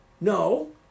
No